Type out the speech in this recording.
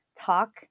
talk